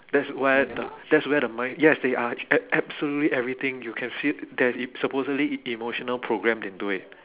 that's where the that's where the mind yes they are ab~ absolutely everything you can see it there is supposedly e~ emotional programmed into it